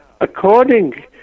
according